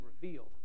revealed